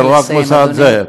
וזה לא רק המוסד הזה.